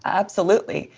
absolutely.